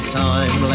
time